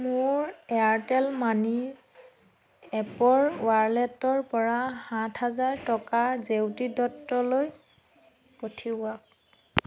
মোৰ Airtel money এপৰ ৱালেটৰ পৰা সাত হাজাৰ টকা জেউতি দত্তলৈ পঠিয়াওক